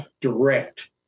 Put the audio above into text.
direct